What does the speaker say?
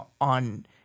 on